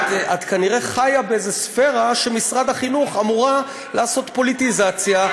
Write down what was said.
את כנראה חיה באיזו ספֵרה שמשרד החינוך אמור לעשות פוליטיזציה.